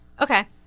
Okay